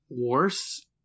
worse